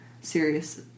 serious